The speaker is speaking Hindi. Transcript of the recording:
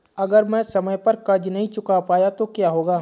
अगर मैं समय पर कर्ज़ नहीं चुका पाया तो क्या होगा?